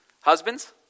Husbands